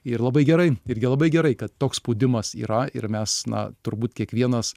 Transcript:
ir labai gerai irgi labai gerai kad toks spaudimas yra ir mes na turbūt kiekvienas